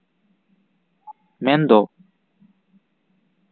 ᱢᱮᱱ ᱫᱚ